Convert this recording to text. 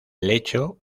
lecho